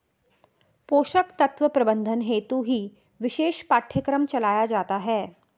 पोषक तत्व प्रबंधन हेतु ही विशेष पाठ्यक्रम चलाया जाता है